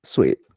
Sweet